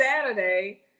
Saturday